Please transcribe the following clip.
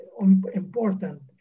important